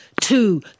Two